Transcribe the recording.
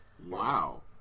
Wow